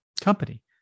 company